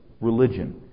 religion